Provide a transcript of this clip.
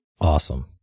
Awesome